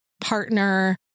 partner